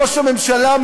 ראש הממשלה,